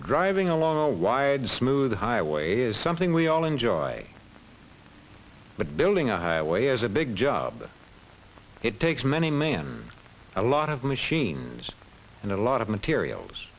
driving along a wide smooth highway is something we all enjoy but building a highway is a big job it takes many man a lot of machines and a lot of materials